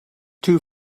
two